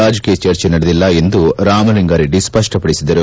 ರಾಜಕೀಯ ಚರ್ಚೆ ನಡೆದಿಲ್ಲ ಎಂದು ಕಾಮಲಿಂಗಾ ರೆಡ್ಡಿ ಸ್ಪಪ್ಪಕಡಿಸಿದರು